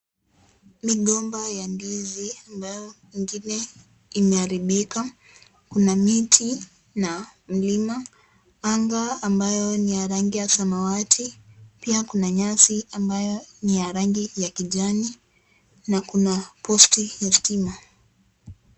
Migomba ya ndizi ambayo ingine imeharibika. Kuna mti na mlima. Anga ambayo ni ya rngi ya samawati. Pia kuna nyasi ambayo ni ya rangi ya kijani na kuna posti ya stima.